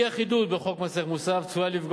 אי-אחידות בחוק מס ערך מוסף צפוי שתפגע